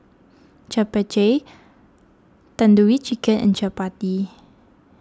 Japchae Tandoori Chicken and Chapati